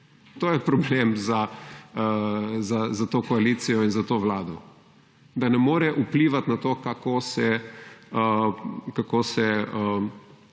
to je problem za to koalicijo in za to vlado, da ne more vplivat na to, kako se